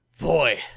Boy